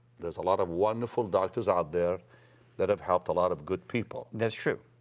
there's a lot of wonderful doctors out there that have helped a lot of good people. that's true.